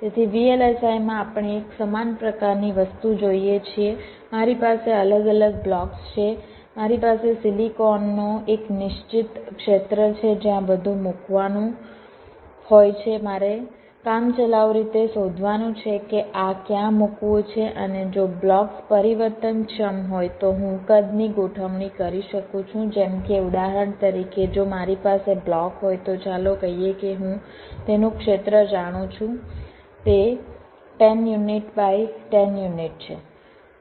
તેથી VLSI માં આપણે એક સમાન પ્રકારની વસ્તુ જોઈએ છીએ મારી પાસે અલગ અલગ બ્લોક્સ છે મારી પાસે સિલિકોનનો એક નિશ્ચિત ક્ષેત્ર છે જ્યાં બધું મૂકવાનું હોય છે મારે કામચલાઉ રીતે શોધવાનું છે કે આ ક્યાં મૂકવું છે અને જો બ્લોક્સ પરિવર્તનક્ષમ હોય તો હું કદની ગોઠવણી કરી શકું છું જેમ કે ઉદાહરણ તરીકે જો મારી પાસે બ્લોક હોય તો ચાલો કહીએ કે હું તેનું ક્ષેત્ર જાણું છું તે 10 યુનિટ બાય 10 યુનિટ છે